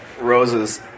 roses